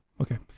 okay